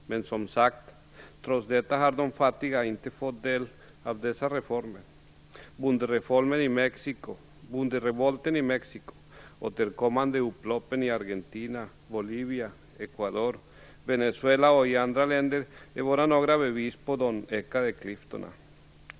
Men, som sagt, trots detta har de fattiga inte fått del av dessa reformer. Bonderevolten i Mexiko, återkommande upplopp i Argentina, Bolivia, Ecuador, Venezuela och i andra länder är bara några bevis på de ökande klyftorna.